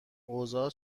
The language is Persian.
اوضاع